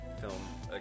film